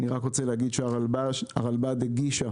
הרלב"ד הגישה